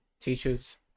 teachers